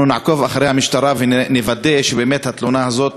אנחנו נעקוב אחרי המשטרה ונוודא שהתלונה הזאת